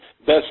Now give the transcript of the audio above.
Best